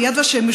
ביד ושם,